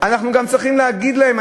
אנחנו גם צריכים להגיד להם,